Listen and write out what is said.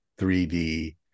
3D